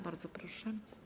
Bardzo proszę.